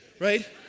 Right